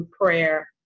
prayer